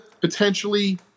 potentially